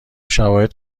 شواهد